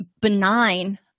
benign